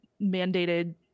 mandated